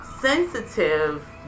sensitive